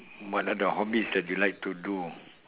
what are the hobbies that you like to do